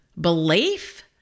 belief